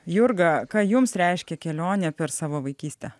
jurga ką jums reiškia kelionė per savo vaikystę